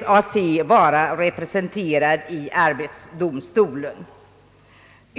SAC vara representerad i arbetsdomstolen.